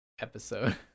episode